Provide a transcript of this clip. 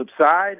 subside